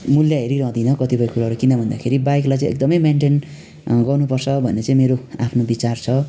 मुल्य हेरिरहदिनँ कतिपय कुराहरू किन भन्दाखेरि बाइकलाई चाहिँ एकदमै मेन्टेन गर्नु पर्छ भन्ने मेरो आफ्नो विचार छ